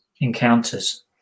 encounters